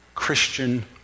Christian